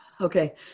okay